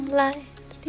light